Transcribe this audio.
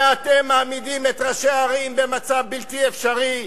ואתם מעמידים את ראשי הערים במצב בלתי אפשרי.